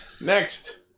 next